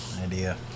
Idea